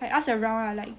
I asked around lah like